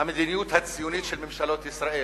המדיניות הציונית של ממשלות ישראל,